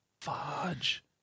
Fudge